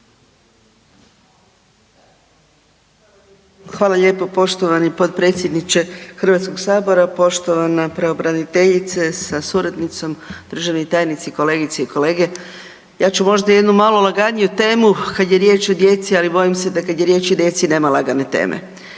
Hvala lijepo poštovani potpredsjedniče Hrvatskoga sabora, poštovana pravobraniteljice sa suradnicom, državni tajnici, kolegice i kolege. Ja ću možda malo laganiju temu kada je riječ o djeci, ali bojim se da kada je riječ o djeci nema lagane teme,